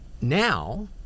now